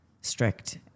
strict